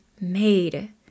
made